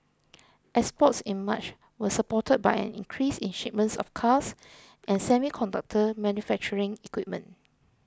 exports in March was supported by an increase in shipments of cars and semiconductor manufacturing equipment